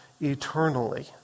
eternally